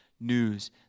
news